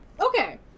okay